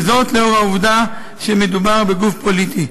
וזאת לאור העובדה שמדובר בגוף פוליטי.